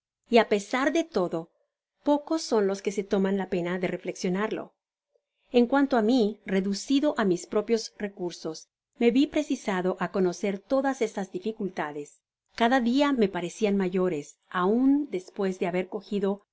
y á pesar de ledo pocos son los que se toman la pena de reflexionarlo en cuanto á mi reducido á mis propios recursos me vi preoisado á conocer todas esas dificultades cada dia me pevecian mayores aun despues de haber cogido el